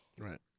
Right